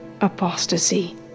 apostasy